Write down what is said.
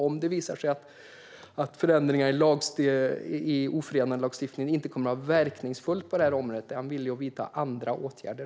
Om det visar sig att förändringar i ofredandelagstiftningen inte kommer att vara verkningsfulla på detta område - är han då villig att vidta andra åtgärder?